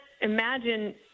imagine